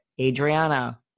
Adriana